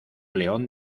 león